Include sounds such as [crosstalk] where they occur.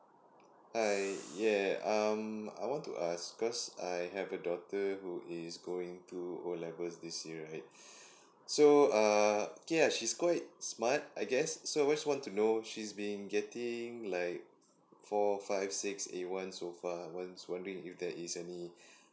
hi yeah um I want to ask because I have a daughter who is going to O level this year right [breath] so uh yeah she's quite smart I guess so I just want to know she's been getting like four five six a one so far was wondering if there is any [breath]